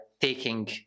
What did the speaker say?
taking